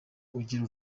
ugira